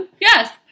yes